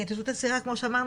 כי ההתיישבות הצעירה כמו שאמרנו,